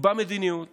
יקבע מדיניות